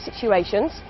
situations